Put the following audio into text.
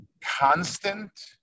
constant